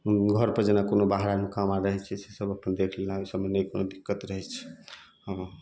घर पे जेना कोनो बाहर आरके काम आर रहैत छै तऽ से सब अपन देखि लेला ओहि सबमे नहि कोनो दिक्कत रहैत छै